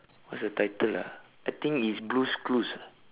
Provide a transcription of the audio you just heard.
what's the title ah I think it's blue's clues